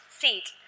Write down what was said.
seat